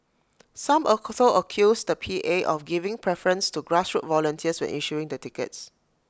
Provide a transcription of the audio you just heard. some also accused the P A of giving preference to grassroots volunteers when issuing the tickets